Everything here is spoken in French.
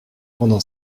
pendant